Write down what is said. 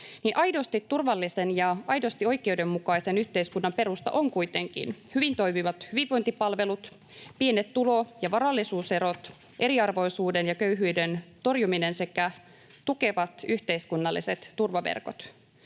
aidosti turvallisen ja aidosti oikeudenmukaisen yhteiskunnan perustana ovat kuitenkin hyvin toimivat hyvinvointipalvelut, pienet tulo- ja varallisuuserot, eriarvoisuuden ja köyhyyden torjuminen sekä tukevat yhteiskunnalliset turvaverkot.